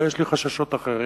אלא שיש לי חששות אחרים.